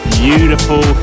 beautiful